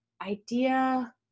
idea